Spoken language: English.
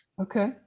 Okay